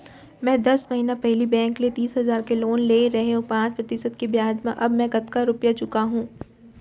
मैं दस महिना पहिली बैंक ले तीस हजार के लोन ले रहेंव पाँच प्रतिशत के ब्याज म अब मैं कतका रुपिया चुका हूँ?